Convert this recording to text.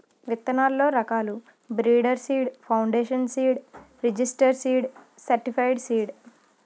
విత్తనాల్లో రకాలు breeder seed, foundation seed, registered seed, certified seed